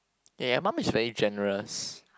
ya your mum is very generous